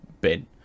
bin